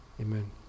amen